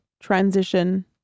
transition